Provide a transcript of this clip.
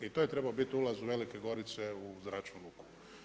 I to je trebao biti ulaz Velike Gorice u zračnu luku.